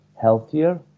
healthier